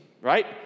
right